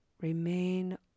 remain